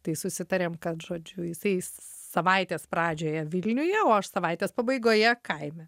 tai susitarėm kad žodžiu jisai savaitės pradžioje vilniuje o aš savaitės pabaigoje kaime